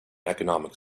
economic